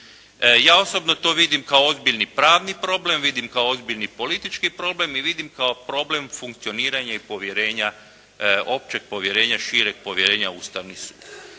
Ja osobno to vidim kao ozbiljan pravni problem, vidim kao ozbiljni politički problem i vidim kao problem funkcioniranja i povjerenja, općeg povjerenja, šireg povjerenja u Ustavni sud.